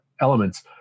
elements